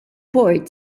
bord